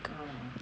oh